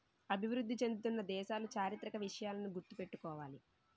అభివృద్ధి చెందుతున్న దేశాలు చారిత్రక విషయాలను గుర్తు పెట్టుకోవాలి